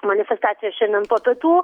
manifestacija šiandien po pietų